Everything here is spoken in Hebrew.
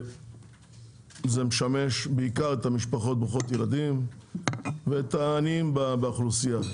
זה משמש בעיקר את המשפחות ברוכות הילדים ואת העניים באוכלוסייה,